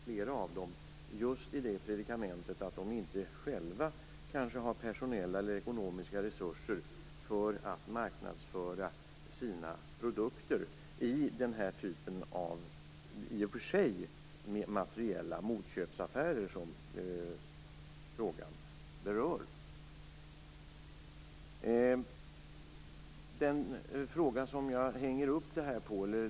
Flera av dem är i det predikamentet att de inte själva har personella eller ekonomiska resurser för att marknadsföra sina produkter i den typ av i och för sig materiella motköpsaffärer som frågan berör.